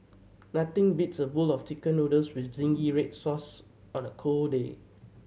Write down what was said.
nothing beats a bowl of Chicken Noodles with zingy red sauce on a cold day